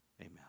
Amen